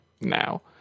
now